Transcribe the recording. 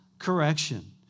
correction